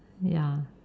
ya